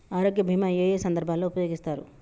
ఆరోగ్య బీమా ఏ ఏ సందర్భంలో ఉపయోగిస్తారు?